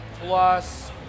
plus